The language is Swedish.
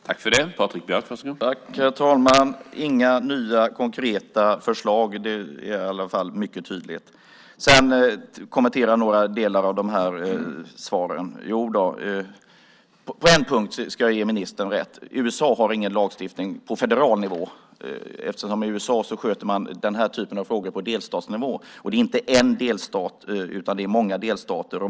Herr talman! Det är inga nya konkreta förslag. Det är i alla fall mycket tydligt. Jag vill kommentera några delar av svaren. På en punkt ska jag ge ministern rätt. USA har ingen lagstiftning på federal nivå. I USA sköter man den här typen av frågor på delstatsnivå. Det är inte en delstat, utan det är många delstater.